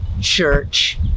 church